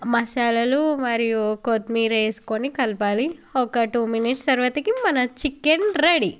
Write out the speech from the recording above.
మసాలాలు మరియు కొత్తిమీర వేసుకొని కలపాలి ఒక టూ మినిట్స్ తర్వాత మన చికెన్ రెడీ